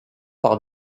par